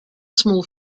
small